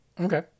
Okay